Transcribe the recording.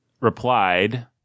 replied